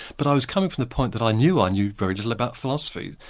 but i was coming from the point that i knew i knew very little about philosophy.